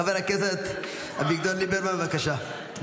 חבר הכנסת אביגדור ליברמן, בבקשה.